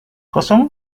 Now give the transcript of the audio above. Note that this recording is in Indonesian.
kosong